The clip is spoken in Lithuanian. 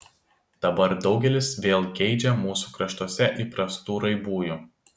dabar daugelis vėl geidžia mūsų kraštuose įprastų raibųjų